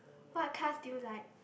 what cars do you like